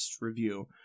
review